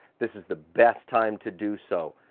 this is the best time to do so.